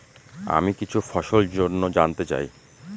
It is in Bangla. আমি কিছু ফসল জন্য জানতে চাই